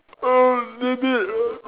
ah a little bit